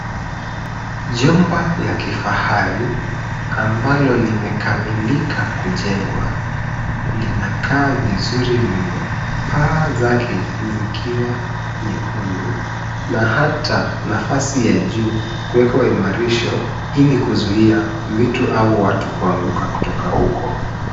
Jumba la kifahari, ambalo limekamilika kujengwa, linakaa vizuri mno, paa zake zikiwa nyekundu na hata nafasi ya juu kuwekwa imarisho ili kuzuia vitu au watu kuanguka kutoka huko.